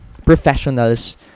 professionals